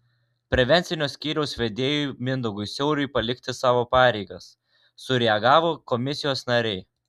prevencinio skyriaus vedėjui mindaugui siauriui palikti savo pareigas sureagavo komisijos nariai